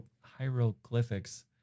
hieroglyphics